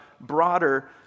broader